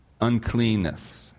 uncleanness